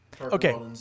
Okay